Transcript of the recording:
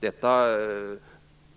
Detta